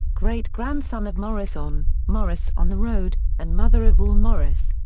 great grandson of morris on, morris on the road, and mother of all morris.